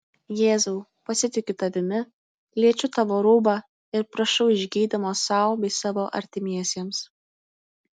jėzau pasitikiu tavimi liečiu tavo rūbą ir prašau išgydymo sau bei savo artimiesiems